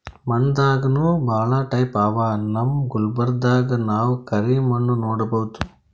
ಮಣ್ಣ್ ದಾಗನೂ ಭಾಳ್ ಟೈಪ್ ಅವಾ ನಮ್ ಗುಲ್ಬರ್ಗಾದಾಗ್ ನಾವ್ ಕರಿ ಮಣ್ಣ್ ನೋಡಬಹುದ್